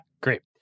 great